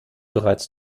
bereits